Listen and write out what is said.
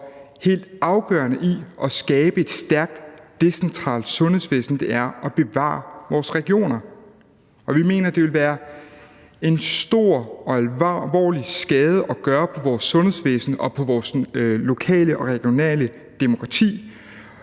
helt afgørende i at skabe et stærkt decentralt sundhedsvæsen er at bevare vores regioner, og vi mener, at det vil være en stor og alvorlig skade at gøre på vores sundhedsvæsen og på vores lokale og regionale demokrati